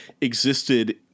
existed